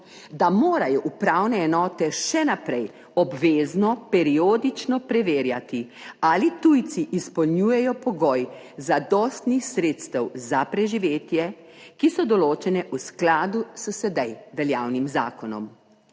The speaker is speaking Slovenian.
da morajo upravne enote še naprej obvezno periodično preverjati ali tujci izpolnjujejo pogoj zadostnih sredstev za preživetje, ki so določene v skladu s sedaj veljavnim zakonom.